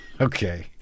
okay